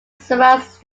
surrounds